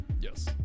Yes